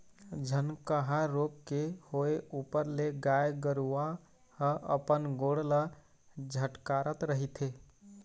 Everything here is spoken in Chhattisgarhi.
झनकहा रोग के होय ऊपर ले गाय गरुवा ह अपन गोड़ ल झटकारत रहिथे